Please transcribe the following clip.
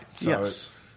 Yes